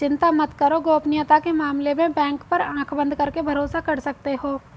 चिंता मत करो, गोपनीयता के मामले में बैंक पर आँख बंद करके भरोसा कर सकते हो